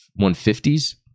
150s